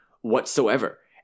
whatsoever